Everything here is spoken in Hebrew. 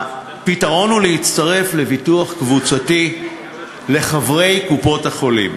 הפתרון הוא להצטרף לביטוח קבוצתי לחברי קופות-החולים